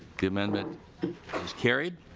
the amendment is carried.